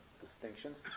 distinctions